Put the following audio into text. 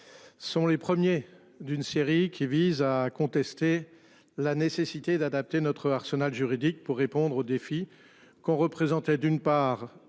Sont les premiers d'une série qui vise à contester la nécessité d'adapter notre arsenal juridique pour répondre aux défis qu'représentait d'une part